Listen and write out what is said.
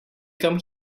come